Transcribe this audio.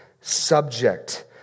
subject